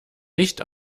nicht